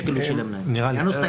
סחיטה באיומים כשיש מתלונן וכשיש אירוע,